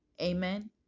Amen